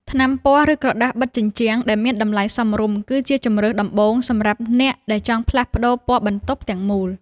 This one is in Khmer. ថ្នាំពណ៌ ឬក្រដាសបិទជញ្ជាំង ដែលមានតម្លៃសមរម្យ គឺជាជម្រើសដំបូងសម្រាប់អ្នកដែលចង់ផ្លាស់ប្តូរពណ៌បន្ទប់ទាំងមូល។